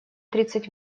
тридцать